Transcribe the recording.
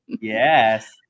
Yes